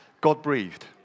God-breathed